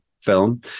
film